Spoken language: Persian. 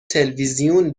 تلویزیون